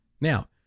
Now